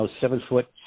seven-foot